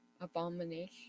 abomination